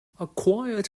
acquired